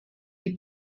die